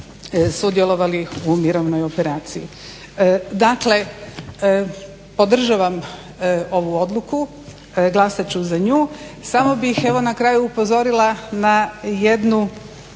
sudjelovali u mirovnoj operaciji. Dakle podržavam ovu odluku, glasat ću za nju. Samo bih evo na kraju upozorila na jedan